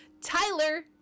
tyler